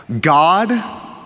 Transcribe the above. God